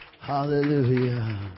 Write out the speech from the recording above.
Hallelujah